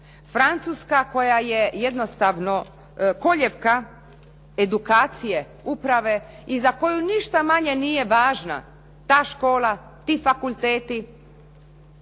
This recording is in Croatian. Francuska koja je jednostavno koljevka edukacije uprave i za koju ništa manje nije važna ta škola, ti fakulteti,